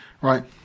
right